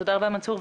מנסור,